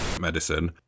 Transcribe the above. medicine